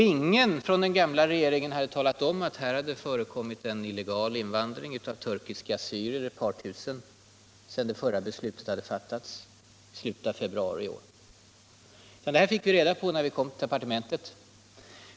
Ingen från den gamla regeringen hade talat om, att här hade förekommit en illegal invandring av ett par tusen turkiska assyrier sedan det förra beslutet fattades i slutet av februari i år. Det fick vi reda på när vi kom till departementet.